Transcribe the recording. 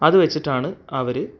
അതു വച്ചിട്ടാണ് അവർ